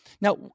Now